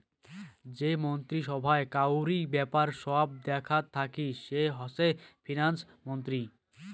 যে মন্ত্রী সভায় কাউরি ব্যাপার সব দেখাত থাকি সে হসে ফিন্যান্স মন্ত্রী